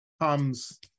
comes